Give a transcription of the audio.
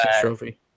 trophy